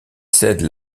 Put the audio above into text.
cède